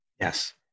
Yes